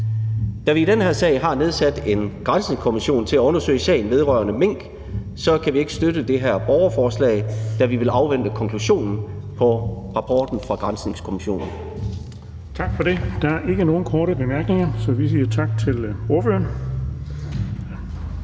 Da vi i den her sag har nedsat en granskningskommission til at undersøge sagen vedrørende mink, kan vi ikke støtte det her borgerforslag; vi vil afvente konklusionen på rapporten fra granskningskommissionen. Kl. 16:13 Den fg. formand (Erling Bonnesen): Tak for det. Der er ikke nogen korte bemærkninger, så vi siger tak til ordføreren.